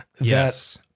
Yes